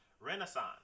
Renaissance